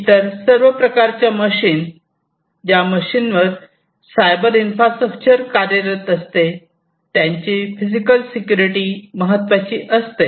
इतर सर्व प्रकारच्या मशीन ज्या मशीनवर सायबर इन्फ्रास्ट्रक्चर कार्यरत असते त्यांची फिजिकल सिक्युरिटी महत्वाची असते